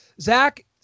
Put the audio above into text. Zach